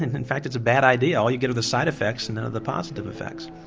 in fact it's a bad idea, all you get are the side effects and know the positive effects.